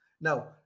Now